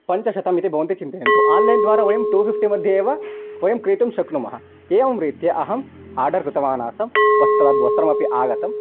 पञ्चशतं इति भवति चिन्तयन्तु आन्लैन्द्वारा वयं टू फिफ्टिमध्ये एव वयं क्रेतुं शक्नुमः एवं रीत्या अहम् आर्डर् कृतवानासं वस्त्रं वस्त्रम् अपि आगतम्